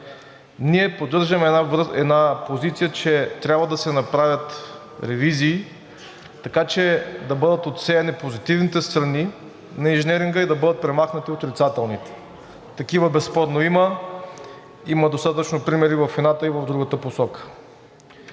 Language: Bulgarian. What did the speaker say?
Ние поддържаме една позиция, че трябва да се направят ревизии, така че да бъдат отсети позитивните страни на инженеринга и да бъдат премахнати отрицателните. Такива безспорно има, има достатъчно примери в едната и в другата посока.